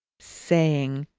saying,